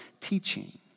Teaching